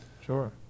Sure